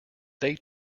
they